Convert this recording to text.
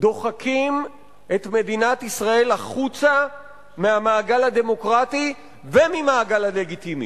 דוחקים את מדינת ישראל החוצה מהמעגל הדמוקרטי וממעגל הלגיטימיות.